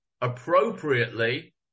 appropriately